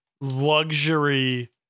luxury